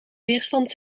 weerstand